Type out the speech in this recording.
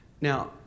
Now